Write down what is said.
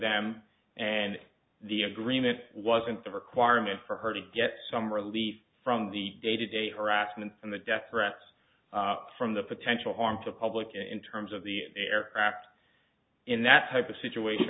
them and the agreement wasn't the requirement for her to get some relief from the day to day harassment and the death threats from the potential harm to the public in terms of the aircraft in that type of situation